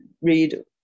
read